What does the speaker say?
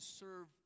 serve